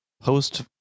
post